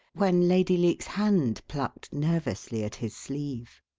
when lady leake's hand plucked nervously at his sleeve.